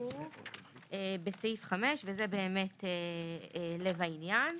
בסעיף 5 זה באמת לב העניין.